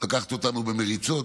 לקחת אותנו במריצות.